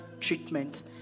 treatment